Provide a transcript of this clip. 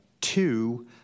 Two